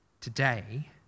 Today